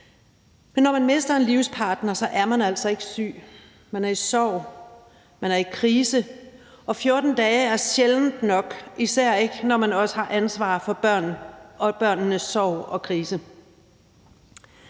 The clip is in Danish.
Men når man mister en livspartner, er man altså ikke syg. Man er i sorg, man er i krise, og 14 dage er sjældent nok, især ikke, når man også har ansvaret for børnene og børnenes